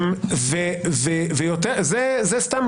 אז היא יותר טובה מזו של השר אני מטיל ספק בכך.